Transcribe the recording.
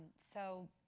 so,